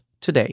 today